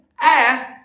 asked